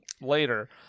later